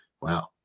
Wow